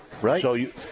Right